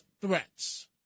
threats